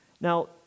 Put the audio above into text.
Now